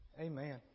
Amen